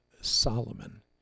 Solomon